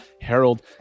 Harold